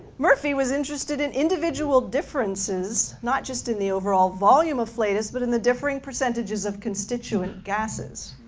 murphy was interested in individual differences, not just in the overall volume of flatus, but in the different percentages of constituent gasses.